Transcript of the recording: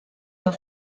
the